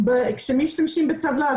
כאשר משתמשים בטבלה,